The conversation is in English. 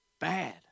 Bad